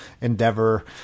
endeavor